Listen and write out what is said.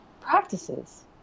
practices